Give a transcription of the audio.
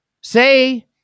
Say